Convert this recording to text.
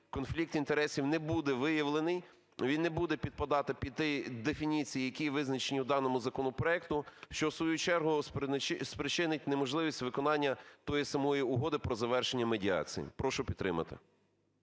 конфлікт інтересів не буде виявлений, він не буде підпадати під ті дефініції, які визначені у даному законопроекті, що в свою чергу спричинить неможливість виконання тої самої угоди про завершення медіації. Прошу підтримати.